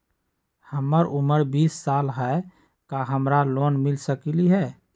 हमर उमर बीस साल हाय का हमरा लोन मिल सकली ह?